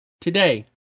Today